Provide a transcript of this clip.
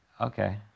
okay